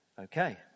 Okay